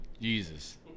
Jesus